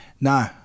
No